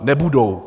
Nebudou.